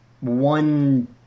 one